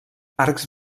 arcs